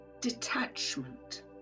Detachment